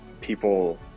People